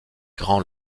grands